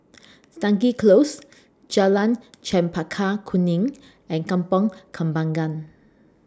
Stangee Close Jalan Chempaka Kuning and Kampong Kembangan